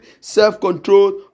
self-controlled